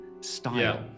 style